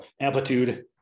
amplitude